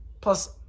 plus